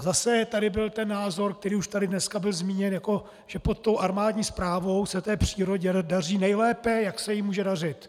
Zase tady byl ten názor, který už tady dneska byl zmíněn, jako že pod tou armádní správou se té přírodě daří nejlépe, jak se jí může dařit.